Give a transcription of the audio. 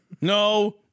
no